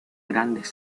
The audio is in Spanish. grandes